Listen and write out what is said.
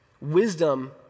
Wisdom